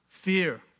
Fear